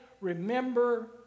remember